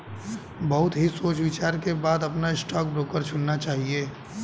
बहुत ही सोच विचार के बाद अपना स्टॉक ब्रोकर चुनना चाहिए